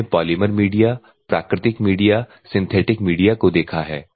हमने polymer media प्राकृतिक media synthetic media को देखा है